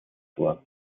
vor